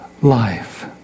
life